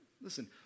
listen